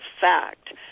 fact